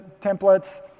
templates